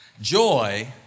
Joy